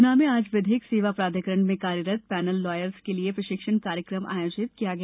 ग्ना में आज विधिक सेवा प्राधिकरण में कार्यरत पैनल लायर्स के लिए प्रशिक्षण कार्यक्रम आयोजित किया गया